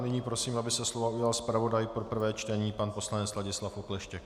Nyní prosím, aby se slova ujal zpravodaj pro prvé čtení pan poslanec Ladislav Okleštěk.